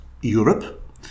Europe